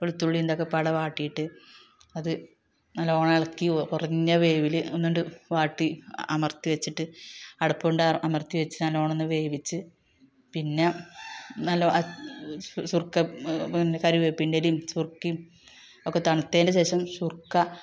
വെളുത്തുള്ളിയും ഇതൊക്കെ പാടെ വാട്ടിയിട്ട് അത് നല്ലോണം ഇളക്കി കുറഞ്ഞ വേവിൽ ഒന്നണ്ട് വാട്ടി അമർത്തി വച്ചിട്ട് അടപ്പ് കൊണ്ട് അമർത്തി വച്ച് നല്ലോണം ഒന്ന് വേവിച്ച് പിന്നെ നല്ലോണം സുർക്ക കറിവേപ്പിൻ്റെ ഇലയും സുർക്കയും ഒക്കെ തണുത്തതിൻ്റെ ശേഷം സുർക്ക